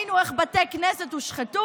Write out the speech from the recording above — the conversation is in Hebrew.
ראינו איך בתי כנסת הושחתו.